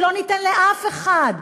לא ניתן לאף אחד.